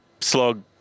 slog